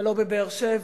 ולא בבאר-שבע.